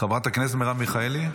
חברת הכנסת מרב מיכאלי?